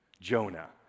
Jonah